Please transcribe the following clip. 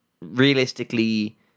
realistically